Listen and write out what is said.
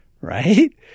right